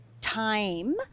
time